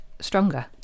stronger